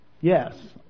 yes